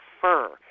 fur